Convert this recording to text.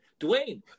Dwayne